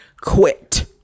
quit